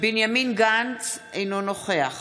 בנימין גנץ, אינו נוכח